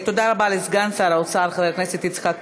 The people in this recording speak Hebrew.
תודה רבה לסגן שר האוצר חבר הכנסת יצחק כהן.